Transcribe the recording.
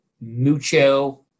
mucho